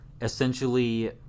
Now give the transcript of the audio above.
Essentially